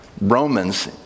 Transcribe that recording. Romans